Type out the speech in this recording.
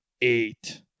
eight